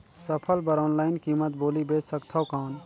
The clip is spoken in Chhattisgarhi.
फसल कर ऑनलाइन कीमत बोली बेच सकथव कौन?